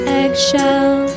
eggshell